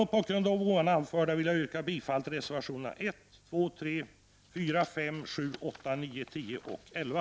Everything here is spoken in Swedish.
Mot bakgrund av det anförda vill jag yrka bifall till reservationerna 1, 2, 3, 4, 5, 7, 8, 9, 10 och 11.